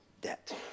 debt